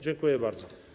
Dziękuję bardzo.